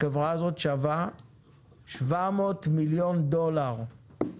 החברה הזו שווה שבע מאות מיליון דולר.